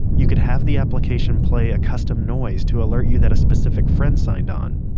you could have the application play a custom noise to alert you that a specific friend signed on.